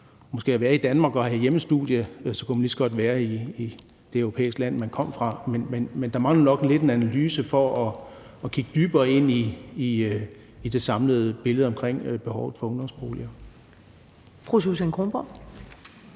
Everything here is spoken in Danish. at være i Danmark og have hjemmestudie, og at man så lige så godt kunne være i det europæiske land, man kom fra. Men der mangler nok lidt en analyse af det for at kunne kigge dybere ind i det samlede billede omkring behovet for ungdomsboliger.